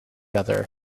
other